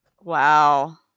Wow